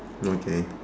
okay